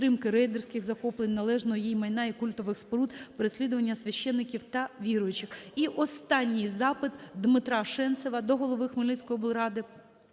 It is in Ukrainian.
підтримки рейдерських захоплень належного їй майна та культових споруд, переслідувань священиків та віруючих. І останній запит. Дмитра Шенцева до голови Хмельницької